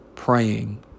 praying